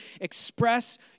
express